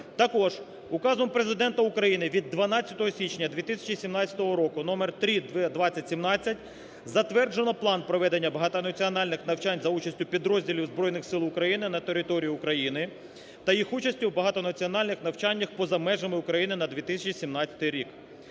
Також Указом Президента України від 12 січня 2017 року номер 32017 затверджено План проведення багатонаціональних навчань за участю підрозділів Збройних Сил України на території України та їх участі у багатонаціональних навчаннях поза межами України на 2017 рік.